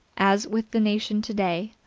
as with the nation today,